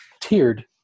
tiered